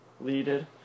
Leaded